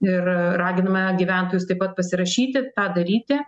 ir raginame gyventojus taip pat pasirašyti tą daryti